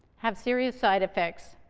have serious side effects,